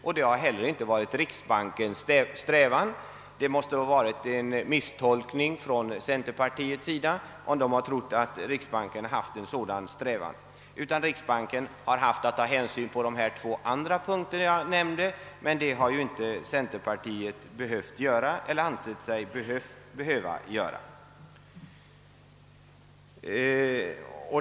Detta har inte heller varit riksbankens strävan — det måste bero på en misstolkning om centerpartiet tror något sådant. Vidare har riksbanken haft att ta hänsyn till de två andra punkter som jag nämnde, men det har ju inte centerpartisterna ansett sig behöva göra.